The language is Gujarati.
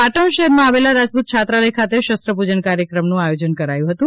પાટણ શહેરમાં આવેલ રાજપુત છાત્રાલય ખાતે શસ્ત્ર પૂજન કાર્યક્રમનું આયોજન કરવામાં આવ્યું હતું